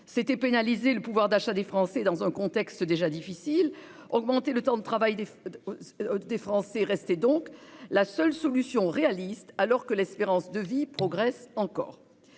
revenait à pénaliser le pouvoir d'achat des Français dans un contexte déjà difficile. Accroître le temps de travail restait donc la seule solution réaliste, alors que l'espérance de vie progresse encore.